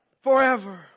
Forever